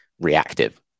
reactive